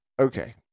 Okay